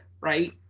right